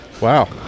Wow